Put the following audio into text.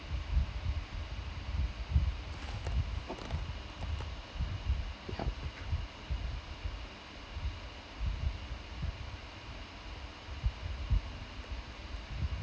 yeah